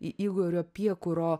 į igorio piekuro